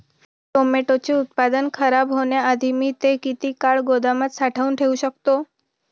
टोमॅटोचे उत्पादन खराब होण्याआधी मी ते किती काळ गोदामात साठवून ठेऊ शकतो?